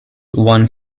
one